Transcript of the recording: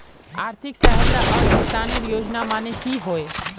आर्थिक सहायता आर किसानेर योजना माने की होय?